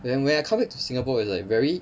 then when I come back to singapore is like very